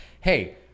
hey